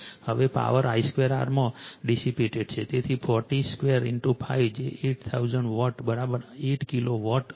હવે power I2 R માં dissipated છે તેથી 40 2 5 જે 8000 વોટ્સ 8 કિલો વોટ છે